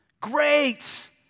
great